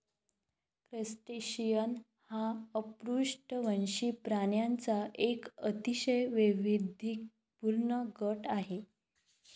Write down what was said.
crustacean हा अपृष्ठवंशी प्राण्यांचा एक अतिशय वैविध्यपूर्ण गट आहे